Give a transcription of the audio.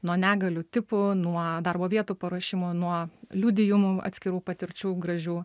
nuo negalių tipų nuo darbo vietų paruošimo nuo liudijimų atskirų patirčių gražių